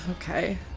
Okay